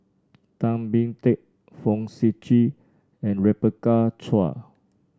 Tan Boon Teik Fong Sip Chee and Rebecca Chua